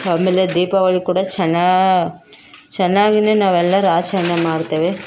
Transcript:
ಆಮೇಲೆ ದೀಪಾವಳಿ ಕೂಡ ಚೆನ್ನ ಚೆನ್ನಾಗಿನೇ ನಾವು ಎಲ್ಲರೂ ಆಚರಣೆ ಮಾಡ್ತೇವೆ